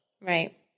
Right